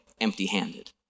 empty-handed